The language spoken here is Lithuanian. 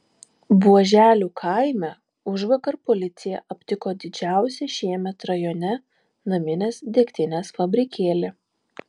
buoželių kaime užvakar policija aptiko didžiausią šiemet rajone naminės degtinės fabrikėlį